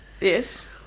Yes